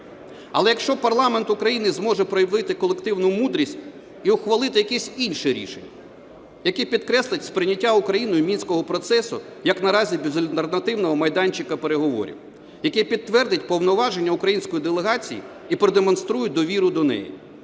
Але якщо парламент України зможе проявити колективну мудрість і ухвалити якесь інше рішення, яке підкреслить сприйняття Україною Мінського процесу як наразі безальтернативного майданчику переговорів, яке підтвердить повноваження української делегації і продемонструє довіру до неї.